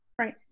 right